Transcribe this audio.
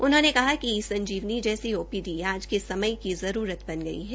उन्होंने कहा कि ई संजीवनी जैसी ओपीडी आज के समय की जरूरत बन गई है